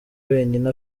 wenyine